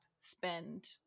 spend